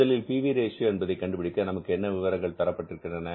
முதலில் P V ratio என்பதை கண்டுபிடிக்க நமக்கு என்ன விவரங்கள் தரப்பட்டிருக்கின்றன